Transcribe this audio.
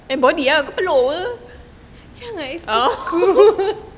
jangan stress aku jer